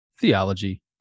Theology